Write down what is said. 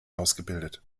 ausgebildet